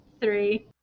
Three